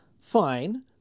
Fine